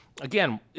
Again